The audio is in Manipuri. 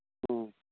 ꯑꯣ